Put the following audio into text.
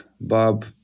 Bob